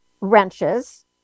wrenches